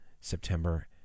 September